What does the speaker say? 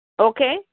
Okay